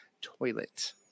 toilet